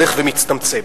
הולך ומצטמצם.